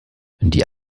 die